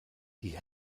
die